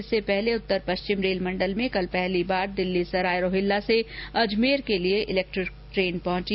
इससे पहले उत्तर पश्चिम रेल मंडल में कल पहली बार दिल्ली सराय रोहिल्ला से अजमेर के लिए इलेक्ट्रिक ट्रेन पहुंची